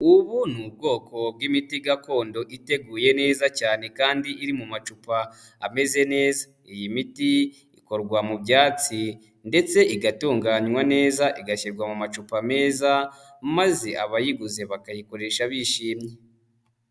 Ubu ni ubwoko bw'imiti gakondo iteguye neza cyane kandi iri mu macupa ameze neza. Iyi miti ikorwa mu byatsi ndetse igatunganwa neza igashyirwa mu macupa meza. Maze abayiguze bakayikoresha bishimye.